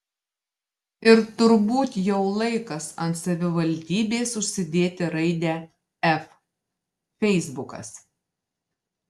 ir turbūt jau laikas ant savivaldybės užsidėti raidę f feisbukas